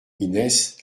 inès